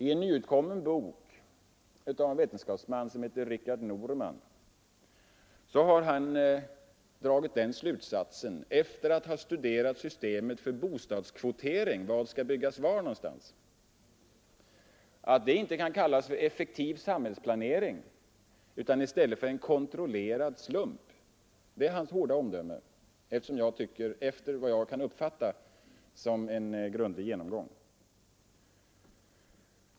I en nyutkommen bok har en vetenskapsman som heter Richard Normann dragit den slutsatsen efter att grundligt ha studerat systemet för bostadskvotering — vad som skall byggas var — att det inte kan kallas effektiv samhällsplanering utan ”kontrollerad slump”. Det är hans hårda omdöme efter vad jag uppfattar som en grundlig genomgång.